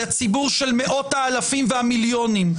לציבור של מאות האלפים והמיליונים,